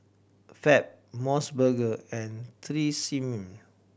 Fab Mos Burger and Tresemme